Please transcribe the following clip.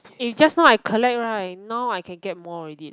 eh just now I collect right now I can get more already leh